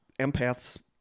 empaths